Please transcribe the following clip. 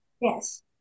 Yes